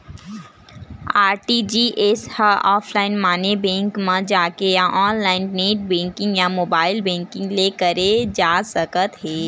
RTGS ह offline माने bank म जाके या ऑनलाईन नेट बेंकिंग या मोबाईल बेंकिंग ले करे जा सकत हे